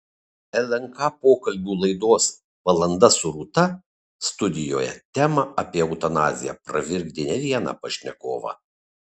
lnk pokalbių laidos valanda su rūta studijoje tema apie eutanaziją pravirkdė ne vieną pašnekovą